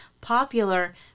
popular